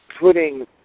putting